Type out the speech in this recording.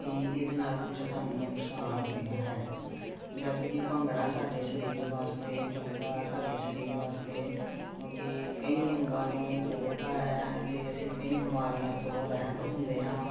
ਕਿ ਇਹਦੇ ਨਾਲ ਕੁਛ ਸਾਨੂੰ ਨੁਕਸਾਨ ਹੁੰਦਾ ਹੈ ਜਦੋਂ ਕਿ ਭੰਗੜਾ ਸਾਡੇ ਸਰੀਰ ਵਾਸਤੇ ਜੋਗਾ ਸਾਡੇ ਸਰੀਰ ਵਾਸਤੇ ਜੋ ਕਿ ਕਈ ਅੰਗਾਂ ਨੂੰ ਖੋਲ੍ਹਦਾ ਹੈ ਅਤੇ ਅਸੀਂ ਕਈ ਬਿਮਾਰੀਆਂ ਤੋਂ ਰਹਿਤ ਹੁੰਦੇ ਹਾਂ